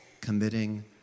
committing